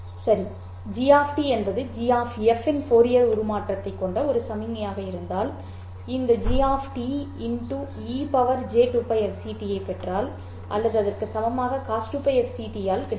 சரி g என்பது g இன் ஃபோரியர் உருமாற்றத்தைக் கொண்ட ஒரு சமிக்ஞையாக இருந்தால் நான் இந்த g e j2π f c t ஐப் பெற்றால் அல்லது அதற்கு சமமாக cos 2 π f c t ஆல் கிடைக்கும்